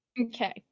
Okay